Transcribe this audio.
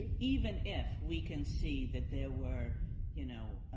even if we concede that there were you know,